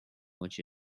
which